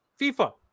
FIFA